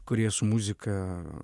kurie su muzika